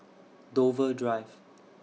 Dover Drive